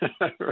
Right